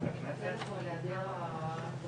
אנחנו לא נעשה את אותן טעויות.